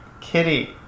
Kitty